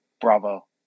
Bravo